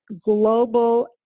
global